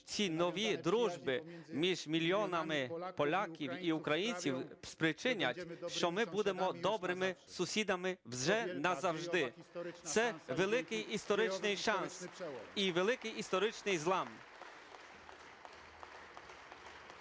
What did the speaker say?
цій новій дружбі між мільйонами поляків і українців спричинять, що ми будемо добрими сусідами вже назавжди. Це великий історичний шанс і великий історичний злам.